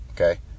okay